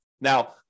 Now